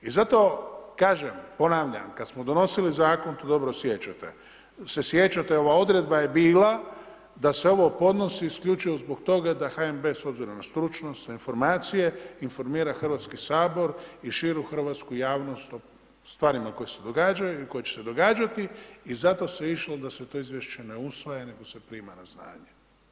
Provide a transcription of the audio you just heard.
I zato, kažem, ponavljam, kada smo donosili zakon, to se dobro sjećate, se sjećate, ova odredba je bila da se ovo podnosi isključivo zbog toga da HNB s obzirom na stručnost, na informacije informira Hrvatski sabor i širu hrvatsku javnost o stvarima koje se događaju i koje će se događati i zato se išlo da se to izvješće ne usvaja nego se prima na znanje.